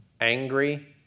angry